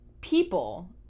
people